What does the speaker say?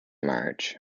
match